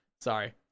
Sorry